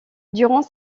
durant